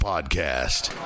podcast